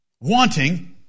wanting